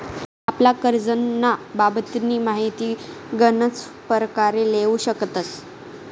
आपला करजंना बाबतनी माहिती गनच परकारे लेवू शकतस